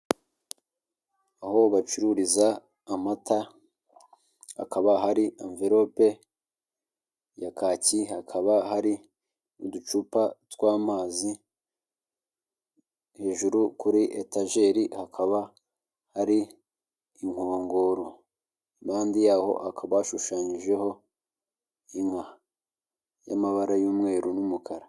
Aho bacururiza amata. Hakaba hari anvelope ya kakiyi. Hakaba hari uducupa tw'amazi; hejuru kuri etajeri hakaba hari inkongoro. Impande yaho hakaba hashushanyijeho inka y'amabara y'umweru n'umukara.